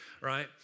right